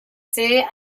sede